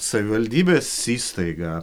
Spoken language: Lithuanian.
savivaldybės įstaiga